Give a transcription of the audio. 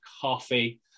coffee